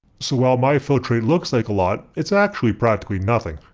so while my filtrate looks like a lot, it's actually practically nothing.